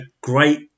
great